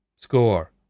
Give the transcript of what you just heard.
score